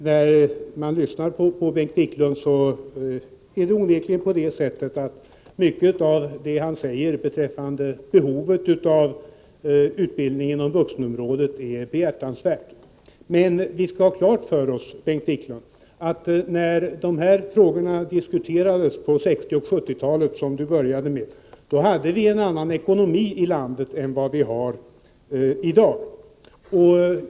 Herr talman! Mycket av det som Bengt Wiklund säger beträffande behovet av utbildning inom vuxenområdet är onekligen behjärtansvärt. Men vi skall ha klart för oss att vi när dessa frågor diskuterades på 1960 och 1970-talen — där Bengt Wiklund inledde sitt resonemang — hade en annan ekonomi i vårt land än vad vi har i dag.